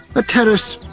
a terrace,